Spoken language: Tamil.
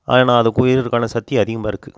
ஆனால் அதுக்கு சக்தி அதிகமாக இருக்குது